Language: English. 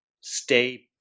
stay